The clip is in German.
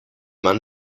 mann